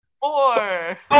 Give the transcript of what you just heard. Four